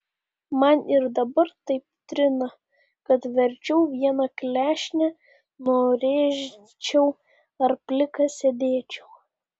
man ir dabar taip trina kad verčiau vieną klešnę nurėžčiau ar plikas sėdėčiau